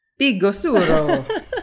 Bigosuro